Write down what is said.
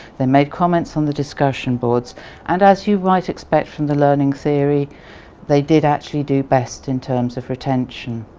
they made comments on the discussion boards and as you might expect from the learning theory they did actually do best in terms of retention.